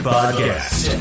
Podcast